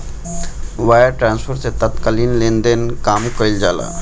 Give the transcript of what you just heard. wire transfer से तात्कालिक लेनदेन कअ काम कईल जाला